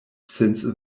since